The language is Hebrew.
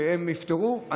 שהדברים האלה ייפתרו.